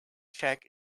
check